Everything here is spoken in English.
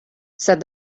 said